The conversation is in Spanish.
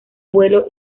vuelo